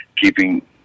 keeping